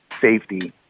safety